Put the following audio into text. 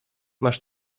masz